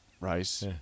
rice